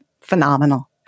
phenomenal